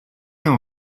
know